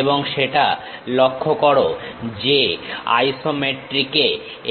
এবং সেটা লক্ষ্য করো যে আইসোমেট্রিকে